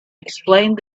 explained